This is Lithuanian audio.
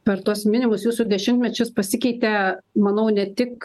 per tuos minimus jūsų dešimtmečius pasikeitė manau ne tik